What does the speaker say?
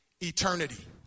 Eternity